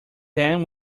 then